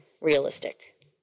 realistic